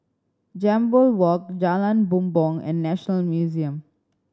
Jambol Walk Jalan Bumbong and National Museum